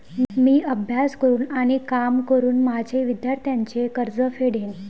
मी अभ्यास करून आणि काम करून माझे विद्यार्थ्यांचे कर्ज फेडेन